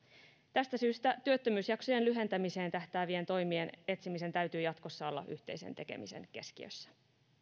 tästä syystä työttömyysjaksojen lyhentämiseen tähtäävien toimien etsimisen täytyy jatkossa olla yhteisen tekemisen keskiössä